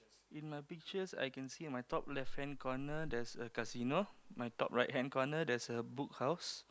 in my pictures I can see my top left hand corner there's a casino my top right hand corner there's a Book House